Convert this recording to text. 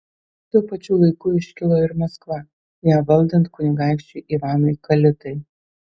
tuo pačiu laiku iškilo ir maskva ją valdant kunigaikščiui ivanui kalitai